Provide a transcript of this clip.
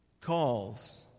calls